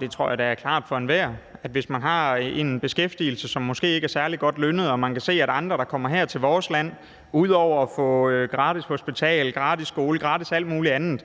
Det tror jeg da er klart for enhver. Hvis man er i beskæftigelse og ikke særlig godt lønnet og man kan se, at andre, der kommer her til vores land, ud over at få gratis hospital, gratis skole og gratis alt muligt andet